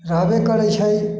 रहबे करै छै